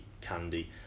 candy